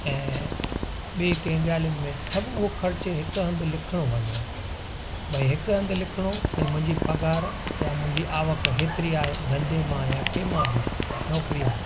ऐं ॿिए कंहिं ॻाल्हियुनि में सभु उहो ख़र्चु हिकु हंधु लिखिणो वञिणो भाई हिकु हंधु लिखिणो ऐं मुंहिंजी पघार या मुंहिंजी आवक हेतिरी आहे धंधे मां या कंहिं मां बि नौकिरी मां